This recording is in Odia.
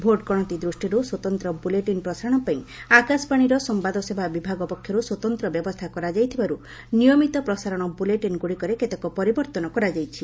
ଭୋଟ୍ ଗଣତି ଦୃଷ୍ଟିରୁ ସ୍ୱତନ୍ତ୍ର ବୁଲେଟିନ୍ ପ୍ରସାରଣ ପାଇଁ ଆକାଶବାଣୀର ସମ୍ଘାଦସେବା ବିଭାଗ ପକ୍ଷରୁ ସ୍ୱତନ୍ତ୍ର ବ୍ୟବସ୍ଥା କରାଯାଇଥିବାରୁ ନିୟମିତ ପ୍ରସାରଣ ବୁଲେଟିନ୍ ଗୁଡ଼ିକରେ କେତେକ ପରିବର୍ଭନ କରାଯାଇଛି